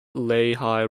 lehigh